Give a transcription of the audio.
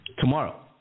tomorrow